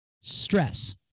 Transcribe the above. stress